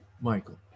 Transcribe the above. michael